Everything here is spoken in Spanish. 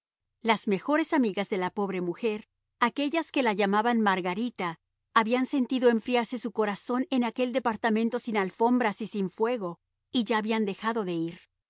las mejores amigas de la pobre mujer aquellas que la llamaban margarita habían sentido enfriarse su corazón en aquel departamento sin alfombras y sin fuego y ya habían dejado de ir